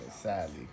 sadly